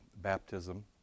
baptism